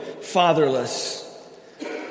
fatherless